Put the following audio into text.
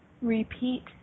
repeat